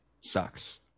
sucks